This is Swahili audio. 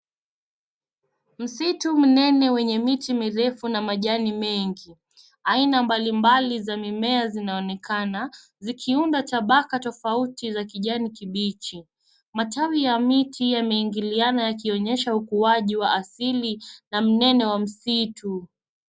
Msitu mnene wenye miti mirefu na majani mengi. Aina mbalimbali za mimea zinaonekana, zikiunda tabaka tofauti za kijani kibichi. Matawi ya miti yameingiliana, yakionyesha ukuaji wa asili na unene wa msitu.